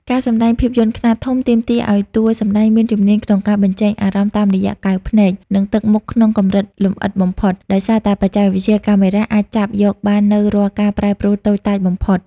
ការសម្ដែងភាពយន្តខ្នាតធំទាមទារឱ្យតួសម្ដែងមានជំនាញក្នុងការបញ្ចេញអារម្មណ៍តាមរយៈកែវភ្នែក និងទឹកមុខក្នុងកម្រិតលម្អិតបំផុត ដោយសារតែបច្ចេកវិទ្យាកាមេរ៉ាអាចចាប់យកបាននូវរាល់ការប្រែប្រួលតូចតាចបំផុត។